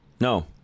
No